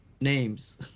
names